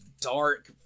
dark